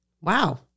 Wow